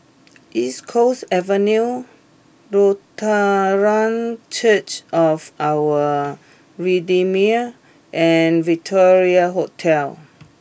East Coast Avenue Lutheran Church of Our Redeemer and Victoria Hotel